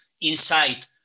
inside